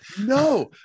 No